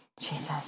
Jesus